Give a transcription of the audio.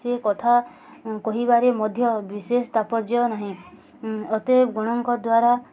ସେ କଥା କହିବାରେ ମଧ୍ୟ ବିଶେଷ ତାତ୍ପର୍ଯ୍ୟ ନାହିଁ ଅତେବ୍ ଗଣଙ୍କ ଦ୍ୱାରା